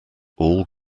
all